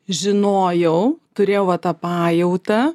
žinojau turėjau va tą pajautą